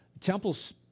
temple's